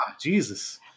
Jesus